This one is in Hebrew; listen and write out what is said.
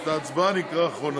את ההצבעה אני אקרא אחרונה.